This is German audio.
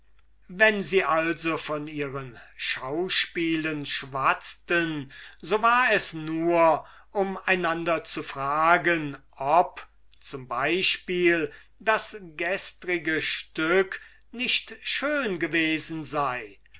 wenn sie also von ihren schauspielen schwatzten so war es nur um einander zu fragen ob z e das gestrige stück nicht schön gewesen sei